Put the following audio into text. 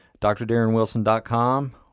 drdarrenwilson.com